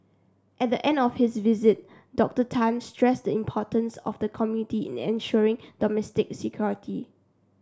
at the end of his visit Doctor Tan stressed the importance of the community in ensuring domestic security